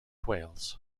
wales